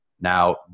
Now